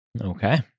Okay